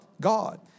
God